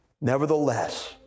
Nevertheless